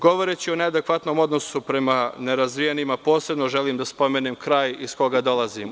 Govoreći o neadekvatnom odnosu prema nerazvijenima posebno želim da spomenem kraj iz koga dolazim.